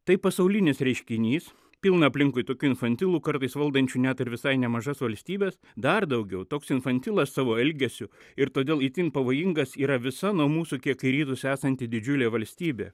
tai pasaulinis reiškinys pilna aplinkui tokių infantilų kartais valdančių net ir visai nemažas valstybes dar daugiau toks infantilas savo elgesiu ir todėl itin pavojingas yra visa nuo mūsų kiek į rytus esanti didžiulė valstybė